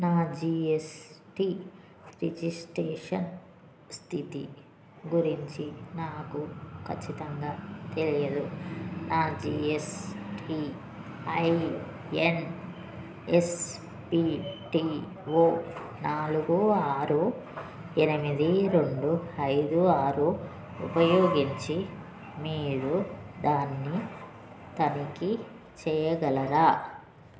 నా G S T registration స్థితి గురించి నాకు ఖచ్చితంగా తెలియదు నా G S T I N S P T O నాలుగు ఆరు ఎనిమిది రెండు ఐదు ఆరు ఉపయోగించి మీరు దాన్ని తనిఖీ చేయగలరా